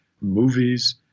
movies